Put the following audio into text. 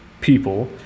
people